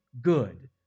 good